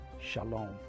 Shalom